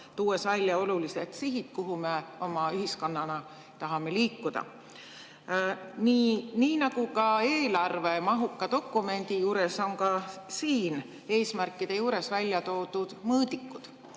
tuues välja olulised sihid, kuhu me oma ühiskonnana tahame liikuda. Nii nagu eelarve mahuka dokumendi juures, on ka siin eesmärkide juures välja toodud mõõdikud.